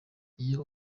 iyo